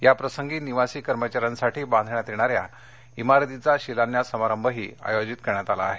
या प्रसंगी निवासी कर्मचाऱ्यांसाठी बांधण्यात येणाऱ्या इमारतीचा शिलान्यास समारंभही आयोजित करण्यात आला आहे